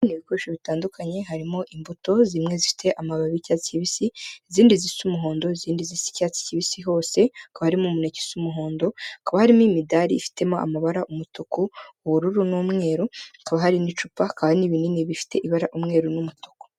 Ibindi bikoresho bitandukanye harimo: imbuto zimwe zifite amababi y'icyatsi kibisi, izindi zisa umuhondo, izindi z'icyatsi kibisi hose ,hakaba harimo umuneke usa umuhondo ,hakaba harimo imidari ifitemo amabara umutuku, ubururu, n'umweru. Hakaba hari n'icupa, hakaba hari n'ibinini bifite ibara umweru n'umutuku.